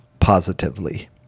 positively